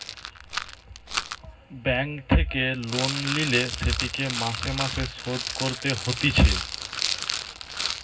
bank থেকে loan লিলে সেটিকে মাসে মাসে শোধ করতে হতিছে